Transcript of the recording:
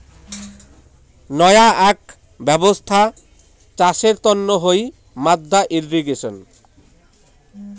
নয়া আক ব্যবছ্থা চাষের তন্ন হই মাদ্দা ইর্রিগেশন